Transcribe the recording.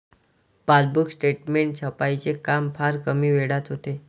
passbook statement छपाईचे काम फार कमी वेळात होते